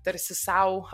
tarsi sau